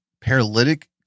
paralytic